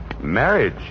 Marriage